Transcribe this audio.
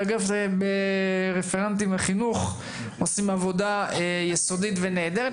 באגף רפרנטים לחינוך עושים עבודה יסודית ונהדרת,